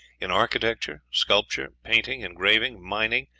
in architecture, sculpture, painting, engraving, mining,